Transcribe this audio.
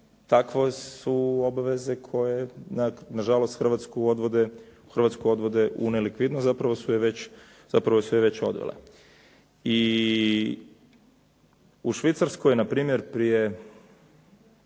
Takve su obveze koje nažalost Hrvatsku odvode u nelikvidnost, zapravo su je već odvele. I u Švicarskoj npr. prije